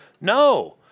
No